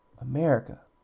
America